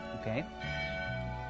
okay